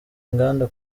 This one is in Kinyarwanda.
nganda